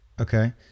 Okay